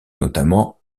notamment